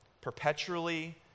Perpetually